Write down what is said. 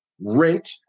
rent